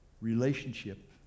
relationship